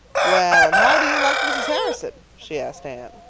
well, and how do you like mrs. harrison? she asked anne.